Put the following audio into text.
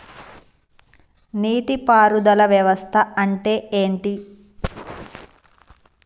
నీటి పారుదల వ్యవస్థ అంటే ఏంటి?